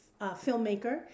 filmmaker